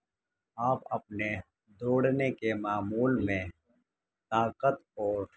آپ اپنے دوڑنے کے معمول میں طاقت اور